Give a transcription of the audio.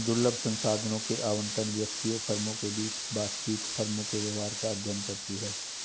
दुर्लभ संसाधनों के आवंटन, व्यक्तियों, फर्मों के बीच बातचीत, फर्मों के व्यवहार का अध्ययन करती है